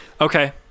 okay